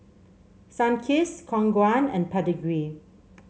Sunkist Khong Guan and Pedigree